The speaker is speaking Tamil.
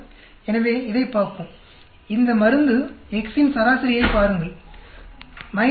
எனவே இதைப் பார்ப்போம் இந்த மருந்து Xஇன் சராசரியைப் பாருங்கள் 5